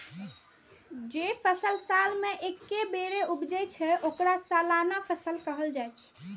जे फसल साल मे एके बेर उपजै छै, ओकरा सालाना फसल कहल जाइ छै